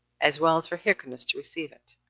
as well as for hyrcanus to receive it.